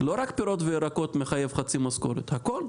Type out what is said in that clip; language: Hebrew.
לא רק פירות וירקות מחייב חצי משכורת, הכול,